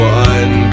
one